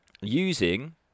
using